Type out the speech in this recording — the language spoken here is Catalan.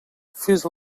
fes